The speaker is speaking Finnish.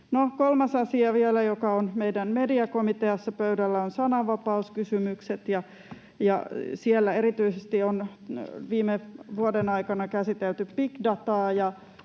Kolmas asia vielä, joka on meidän mediakomiteassa pöydällä, on sananvapauskysymykset. Siellä erityisesti on viime vuoden aikana käsitelty big dataa